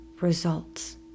results